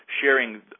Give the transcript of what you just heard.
sharing